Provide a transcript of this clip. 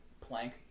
plank